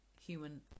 human